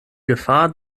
gefahr